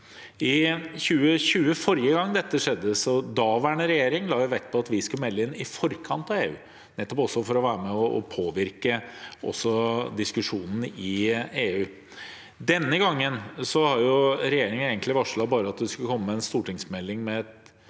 I 2020, forrige gang dette skjedde, la daværende regjering vekt på at vi skulle melde inn i forkant av EU, nettopp for å være med og påvirke diskusjonene i EU. Denne gangen har regjeringen egentlig bare varslet at det skal komme en stortingsmelding som